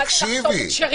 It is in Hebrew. מה זה "לחשוד בכשרים"?